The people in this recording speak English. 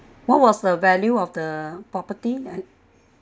what was the value of the property